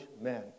men